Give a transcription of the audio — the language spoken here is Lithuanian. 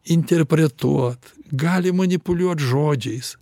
interpretuot gali manipuliuot žodžiais